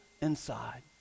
inside